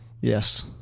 yes